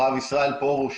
הרב ישראל פורוש,